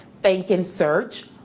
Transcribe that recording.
think and search,